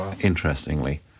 interestingly